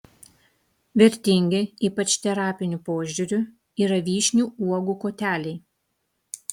vertingi ypač terapiniu požiūriu yra vyšnių uogų koteliai